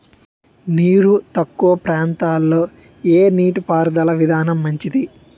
నీరు తక్కువ ప్రాంతంలో ఏ నీటిపారుదల విధానం మంచిది?